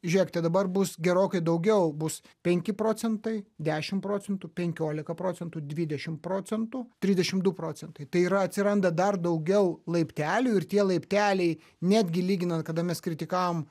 žiūrėkite dabar bus gerokai daugiau bus penki procentai dešimt procentų penkiolika procentų dvidešimt procentų trisdešimt du procentai tai yra atsiranda dar daugiau laiptelių ir tie laipteliai netgi lyginant kada mes kritikavom